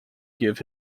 give